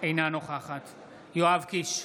אינה נוכחת יואב קיש,